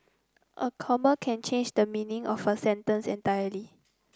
a comma can change the meaning of a sentence entirely